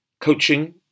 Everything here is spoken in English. coaching